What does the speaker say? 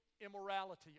immorality